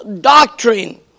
doctrine